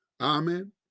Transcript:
Amen